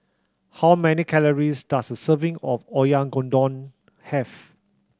how many calories does a serving of Oyakodon have